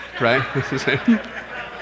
right